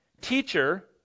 Teacher